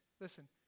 listen